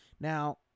now